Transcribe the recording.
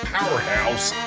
Powerhouse